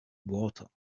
water